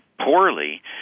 poorly